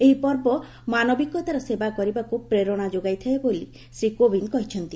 ଏହି ପର୍ବ ମାନବିକତାର ସେବା କରିବାକୁ ପ୍ରେରଣା ଯୋଗାଇଥାଏ ବୋଲି ଶ୍ରୀ କୋବିନ୍ଦ କହିଛନ୍ତି